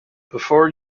before